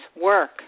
work